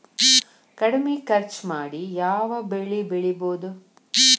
ಕಡಮಿ ಖರ್ಚ ಮಾಡಿ ಯಾವ್ ಬೆಳಿ ಬೆಳಿಬೋದ್?